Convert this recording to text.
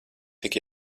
tik